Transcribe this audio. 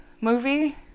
movie